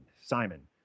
Simon